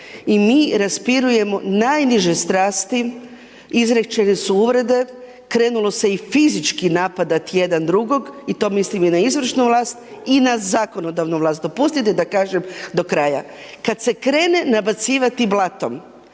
i mi raspirujemo najniže strasti, izrečene su uvrede, krenulo se i fizički napadati jedan drugog i to mislim i na izvršnu vlast i na zakonodavnu vlast. Dopustite da kažem do kraja. Kad se krene nabacivati blatom,